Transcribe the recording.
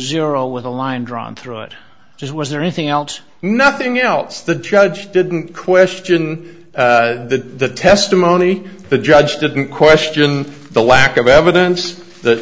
zero with a line drawn through it just was there anything else nothing else the judge didn't question the testimony the judge didn't question the lack of evidence to